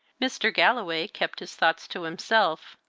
mr. galloway kept his thoughts to himself,